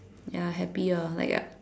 ya happier like I